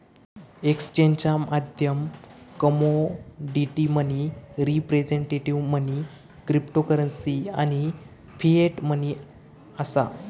एक्सचेंजचा माध्यम commodity money, representative money, cryptocurrency आणि फिएट मनी असा